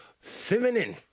Feminine